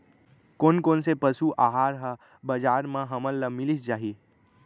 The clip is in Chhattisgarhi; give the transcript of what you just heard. कोन कोन से पसु आहार ह बजार म हमन ल मिलिस जाही?